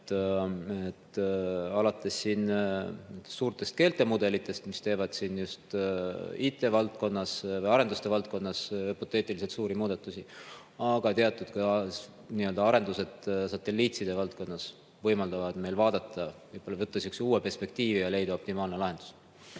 [näiteks] suured keelemudelid teevad siin just IT‑valdkonnas või arenduste valdkonnas hüpoteetiliselt suuri muudatusi. Aga teatud arendused satelliitside valdkonnas võimaldavad meil võib-olla võtta sihukese uue perspektiivi ja leida optimaalne lahendus.